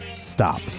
stop